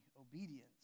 obedience